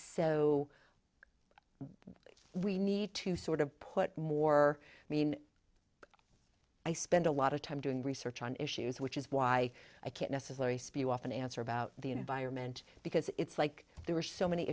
so we need to sort of put more i mean i spend a lot of time doing research on issues which is why i can't necessary spew off an answer about the environment because it's like there are so many